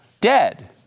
dead